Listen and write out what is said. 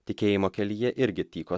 tikėjimo kelyje irgi tyko